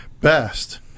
best